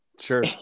Sure